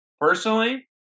personally